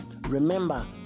Remember